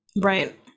Right